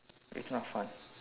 it's not fun